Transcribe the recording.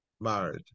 married